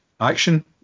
action